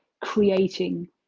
creating